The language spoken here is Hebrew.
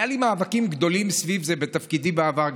היו לי מאבקים גדולים סביב זה בתפקידי בעבר,